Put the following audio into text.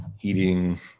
eating